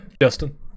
Justin